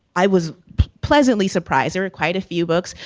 i was pleasantly surprised there were quite a few books.